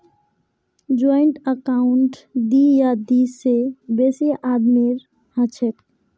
joint account दी या दी से बेसी आदमीर हछेक